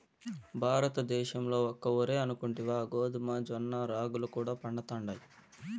భారతద్దేశంల ఒక్క ఒరే అనుకుంటివా గోధుమ, జొన్న, రాగులు కూడా పండతండాయి